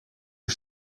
die